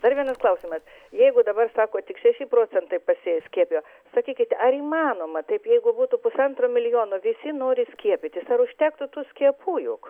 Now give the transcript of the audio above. dar vienas klausimas jeigu dabar sako tik šeši procentai pasiskiepijo sakykit ar įmanoma taip jeigu būtų pusantro milijono visi nori skiepytis ar užtektų tų skiepų juk